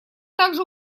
также